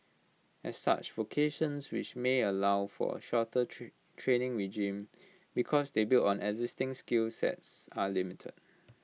as such vocations which may allow for A shorter training regime because they build on existing skill sets are limited